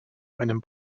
einem